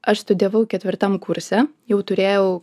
aš studijavau ketvirtam kurse jau turėjau